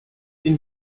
den